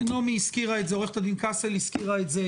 עו"ד קסל הזכירה את זה.